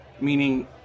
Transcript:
meaning